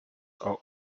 are